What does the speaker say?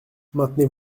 maintenez